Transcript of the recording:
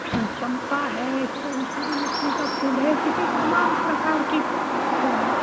चम्पा है सूरज सूर्यमुखी का फूल है किसी तमाम प्रकार के फूल हैं